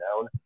down